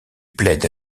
plaide